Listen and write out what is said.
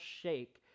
shake